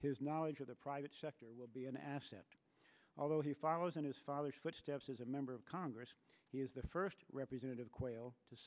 his knowledge of the private sector will be an asset although he follows in his father's footsteps as a member of congress he is the first representative quayle to